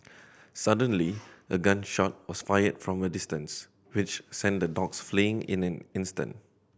suddenly a gun shot was fired from a distance which sent the dogs fleeing in an instant